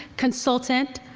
consultant,